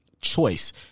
choice